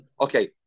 okay